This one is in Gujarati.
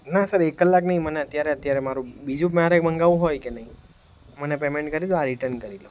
ના સર એક કલાક નહીં મને અત્યારેને અત્યારે મારું બીજું મારે મંગાવું હોય કે નહીં મને પેમેન્ટ કરી દો આ રિટન કરી લો